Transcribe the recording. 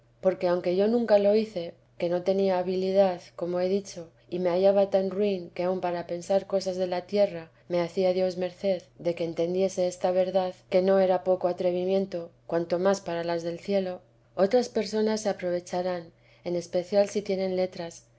porque aunque yo nunca lo hice que no tenía habilidad como he dicho y me hallaba tan ruin que aun para pensar cosas de la tierra me hacía dios merced de que entendiese esta verdad que no era poco atrevimiento cuanto más para las del cielo otras personas se aprovecharán en especial si tienen letras